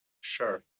Sure